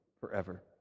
forever